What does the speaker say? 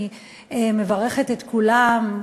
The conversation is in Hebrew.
אני מברכת את כולם,